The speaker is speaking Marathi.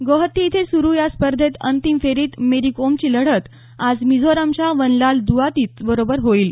गोहत्ती इथं सुरू या स्पर्धेत अंतिम फेरीत मेरी कोमची लढत आज मिझोरामच्या वनलाल द्आतीत बरोबर होईल